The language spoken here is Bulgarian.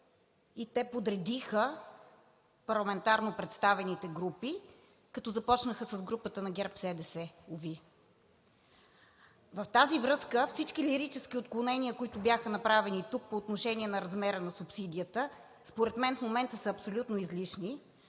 и те подредиха парламентарно представените групи, като започнаха с групата на ГЕРБ-СДС, уви. В тази връзка, всички лирически отклонения, които бяха направени тук по отношение на размера на субсидията, според мен в момента са абсолютно излишни,